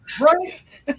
Right